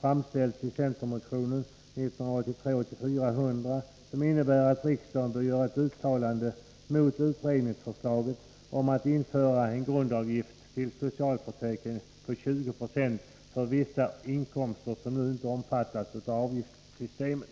framställts i centermotion 1983/ 84:100, som innebär att riksdagen bör göra ett uttalande mot utredningsförslaget om att införa en grundavgift till socialförsäkringen på 20 90 för vissa inkomster, som nu inte omfattas av avgiftssystemet.